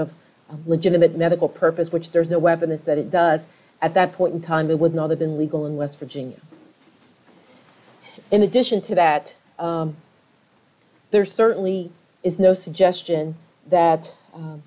of legitimate medical purpose which there is no weapon in that it does at that point in time it would not have been legal in west virginia in addition to that there certainly is no suggestion that